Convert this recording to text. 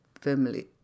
family